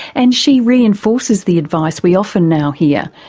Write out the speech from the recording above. and she reinforces the advice we often now hear,